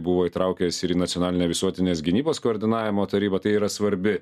buvo įtraukęs ir į nacionalinę visuotinės gynybos koordinavimo tarybą tai yra svarbi